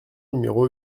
numéro